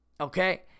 okay